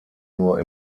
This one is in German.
nur